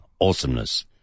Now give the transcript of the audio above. awesomeness